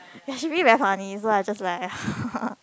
ya she really very funny so I just like